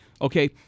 okay